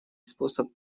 способ